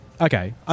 Okay